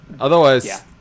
otherwise